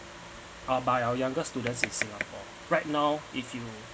by our younger students in singapore right now if you